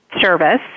service